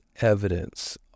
evidence